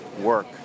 work